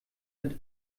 mit